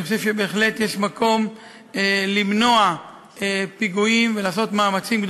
אני חושב שבהחלט יש מקום למנוע פיגועים ולעשות מאמצים גדולים.